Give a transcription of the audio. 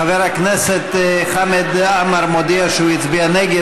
חבר הכנסת חמד עמאר מודיע שהוא הצביע נגד,